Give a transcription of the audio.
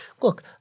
Look –